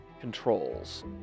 controls